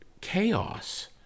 chaos